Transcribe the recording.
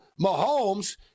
Mahomes